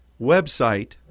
website